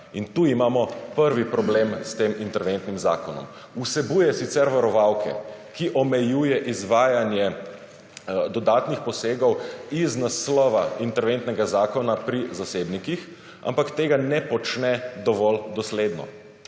In tu imamo prvi problem s tem interventnim zakonom. Vsebuje sicer varovalke, ki omejujejo izvajanje dodatnih posegov iz naslova interventnega zakona pri zasebnikih, ampak tega ne počne dovolj dosledno.